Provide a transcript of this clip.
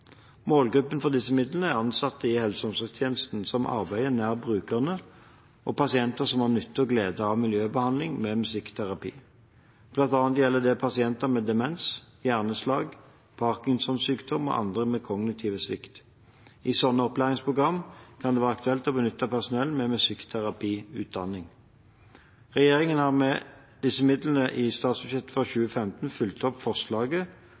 Målgruppen for disse midlene er ansatte i helse- og omsorgstjenestene som arbeider nær brukere og pasienter som har nytte og glede av miljøbehandling med musikkterapi. Blant annet gjelder det pasienter med demens, hjerneslag, Parkinsons sykdom og andre med kognitiv svikt. I slike opplæringsprogram kan det være aktuelt å benytte personell med musikkterapiutdanning. Regjeringen har med disse midlene i statsbudsjettet for 2015 fulgt opp